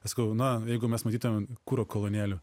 atsakau na jeigu mes matytumėm kuro kolonėlių